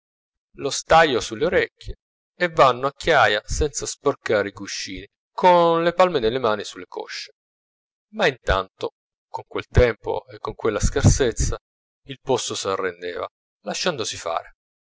lo staio sulle orecchie e vanno a chiaia senza sporcare i cuscini con lo palme delle mani sulle cosce ma intanto con quel tempo e con quella scarsezza il posto s'arrendeva lasciandosi fare